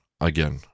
again